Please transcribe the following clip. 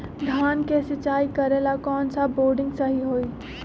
धान के सिचाई करे ला कौन सा बोर्डिंग सही होई?